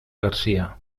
garcia